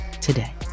today